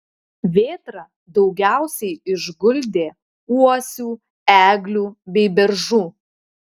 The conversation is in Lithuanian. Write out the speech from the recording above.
vėtra daugiausiai išguldė uosių eglių bei beržų